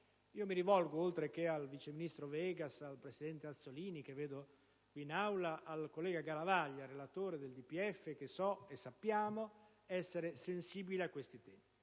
Mi rivolgo, oltre che al vice ministro Vegas, al presidente Azzollini, che vedo in Aula, ed al collega Garavaglia, relatore del DPEF, che sappiamo essere sensibile a questi temi.